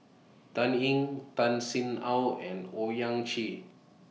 Dan Ying Tan Sin Aun and Owyang Chi